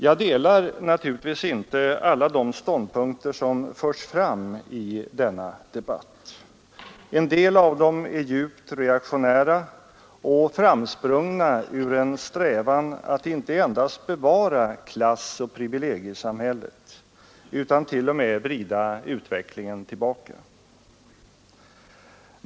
Jag delar naturligtvis inte alla de ståndpunkter som förs fram i denna debatt. En del av dem är djupt reaktionära och framsprungna ur en strävan att inte endast bevara klassoch privilegiesamhället utan t.o.m. vrida utvecklingen tillbaka.